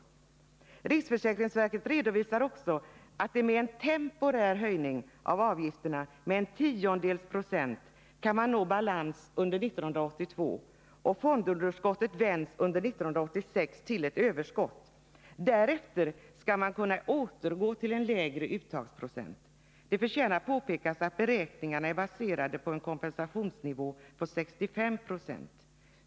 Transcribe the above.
Riksförsäkringsverket redovisar också att man med en temporär höjning av avgifterna med en tiondels procent kan nå balans under 1982 och 1986 vända fondunderskottet till ett överskott. Därefter skall man kunna återgå till en lägre uttagsprocent. Det förtjänar påpekas att beräkningarna är baserade på en kompensationsnivå på 65 20.